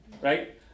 right